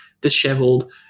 disheveled